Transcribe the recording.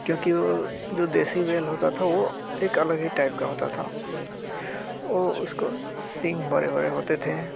क्योंकि वो जो देसी बैल होता था वो एक अलग ही टाइप का होता था वो उसको सींग बड़े बड़े होते थे